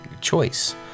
choice